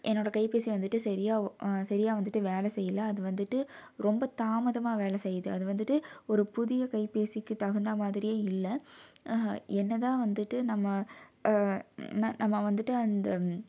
என்னோடய கைப்பேசி வந்துட்டு சரியாக ஓ சரியாக வந்துட்டு வேலை செய்யல அது வந்துட்டு ரொம்ப தாமதமாக வேலை செய்யுது அது வந்துட்டு ஒரு புதிய கைப்பேசிக்கு தகுந்த மாதிரியே இல்லை என்ன தான் வந்துட்டு நம்ம நா நம்ம வந்துட்டு அந்த